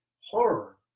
horror